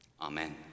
Amen